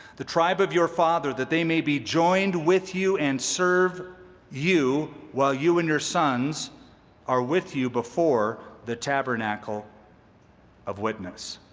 the tribe of your father, that they may be joined with you and serve you while you and your sons are with you before the tabernacle of witness.